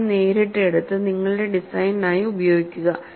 ഫലം നേരിട്ട് എടുത്ത് നിങ്ങളുടെ ഡിസൈനിനായി ഉപയോഗിക്കുക